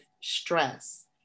stress